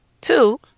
Two